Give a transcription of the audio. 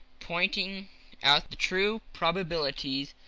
pointing out the true probabilities,